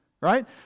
Right